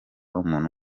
umuntu